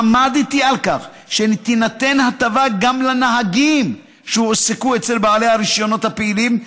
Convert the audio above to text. עמדתי על כך שתינתן הטבה לנהגים שהועסקו אצל בעלי הרישיונות הפעילים,